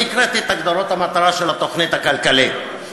אני הקראתי את הגדרות המטרה של התוכנית הכלכלית,